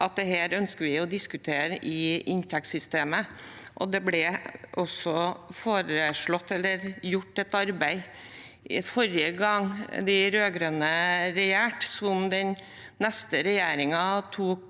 dette ønsker vi å diskutere i inntektssystemet. Det ble også gjort et arbeid forrige gang de rød-grønne regjerte, som den neste regjeringen tok